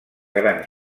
gran